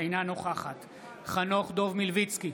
אינה נוכחת חנוך דב מלביצקי,